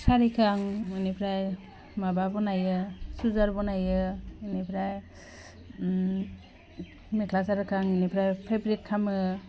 सारिखौ आं बेनिफ्राय माबा बनायो सुजार बनायो बेनिफ्राय मेख्ला सादोरखौ आं बेनिफ्राय फेब्रिक खालामो